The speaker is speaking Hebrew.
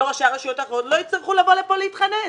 להתחנן.